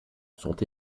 sont